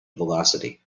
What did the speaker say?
velocity